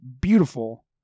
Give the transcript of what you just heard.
beautiful